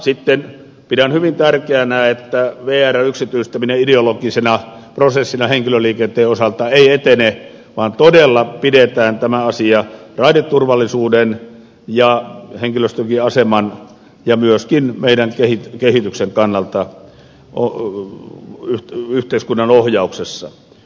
sitten pidän hyvin tärkeänä että vrn yksityistäminen ideologisena prosessina henkilöliikenteen osalta ei etene vaan todella pidetään tämä asia raideturvallisuuden ja henkilöstön aseman ja myöskin meidän kehityksemme vuoksi yhteiskunnan ohjauksessa